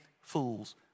fools